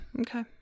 Okay